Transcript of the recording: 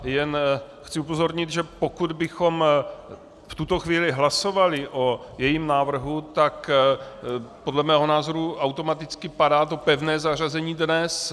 Jen chci upozornit, že pokud bychom v tuto chvíli hlasovali o jejím návrhu, tak podle mého názoru automaticky padá to pevné zařazení dnes.